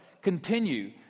continue